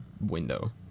window